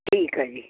ਠੀਕ ਹੈ ਜੀ